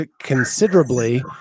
considerably